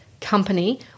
company